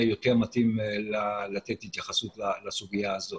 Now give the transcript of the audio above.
יותר מתאים לתת התייחסות לסוגיה הזאת.